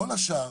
כל השאר,